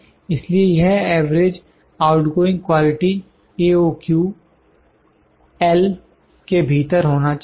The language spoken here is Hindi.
इसलिए यह average outgoing quality A O Q L के भीतर होना चाहिए